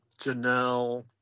Janelle